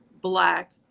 black